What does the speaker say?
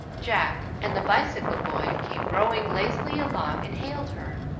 jack, and the bicycle boy came rowing lazily along and hailed her.